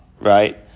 right